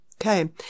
Okay